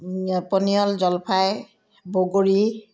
পনিয়ল জলফাই বগৰী